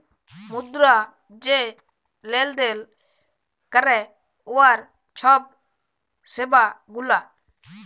মুদ্রা যে লেলদেল ক্যরে উয়ার ছব সেবা গুলা